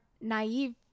naive